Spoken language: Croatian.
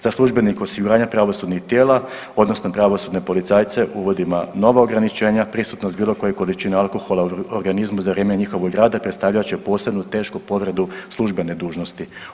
Za službenike osiguranja pravosudnih tijela, odnosno pravosudne policajce uvodimo nova ograničenja, prisutnost bilo koje količine alkohola u organizmu za vrijeme njihovog rada predstavljat će posebno tešku povredu službene dužnosti.